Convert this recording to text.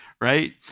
right